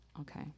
okay